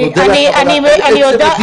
אני מודה לך, אבל על עצם הדיון.